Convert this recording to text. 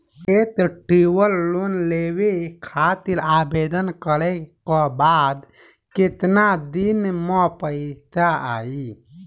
Festival loan लेवे खातिर आवेदन करे क बाद केतना दिन म पइसा आई?